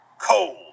cold